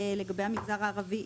לגבי המגזר הערבי,